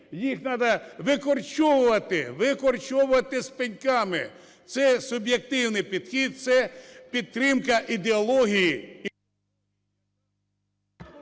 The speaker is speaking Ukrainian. – викорчовувати з пеньками. Це суб'єктивний підхід, це підтримка ідеології…